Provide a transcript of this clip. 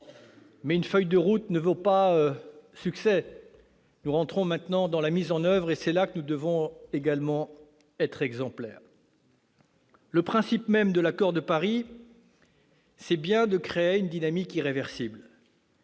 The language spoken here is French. mais une feuille de route ne vaut pas succès et nous entrons maintenant dans la mise en oeuvre. Là aussi, nous devons être exemplaires. Le principe même de l'Accord de Paris est de créer une dynamique irréversible,